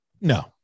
No